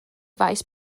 faes